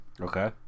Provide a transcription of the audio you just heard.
Okay